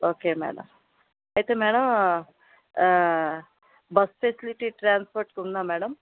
okay madam అయితే madam bus facility transport ఉందా madam